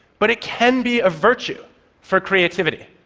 but it can be a virtue for creativity.